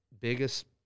biggest